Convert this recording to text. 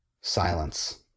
silence